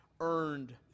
earned